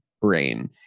brain